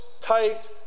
tight